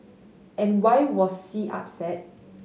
and why was C upset